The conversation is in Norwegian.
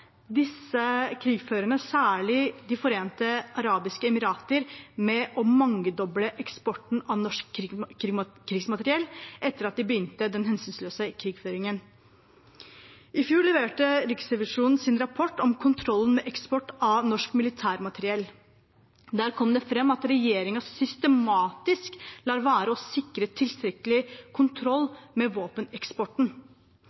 disse krigførerne, særlig De forente arabiske emirater, med å mangedoble eksporten av norsk krigsmateriell etter at de begynte den hensynsløse krigføringen. I fjor leverte Riksrevisjonen sin rapport om kontrollen med eksport av norsk militærmateriell. Der kom det fram at regjeringen systematisk lar være å sikre tilstrekkelig